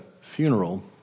funeral